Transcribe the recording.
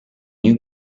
new